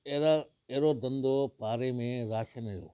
अहिड़ा अहिड़ो धंधो पाड़े में राशन